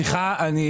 אני שמח על שפנית.